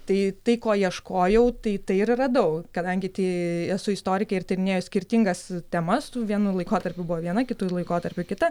tai tai ko ieškojau tai tai ir radau kadangi tai esu istorikė ir tyrinėju skirtingas temas tų vienu laikotarpiu buvo vienu kitu laikotarpiu kita